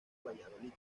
valladolid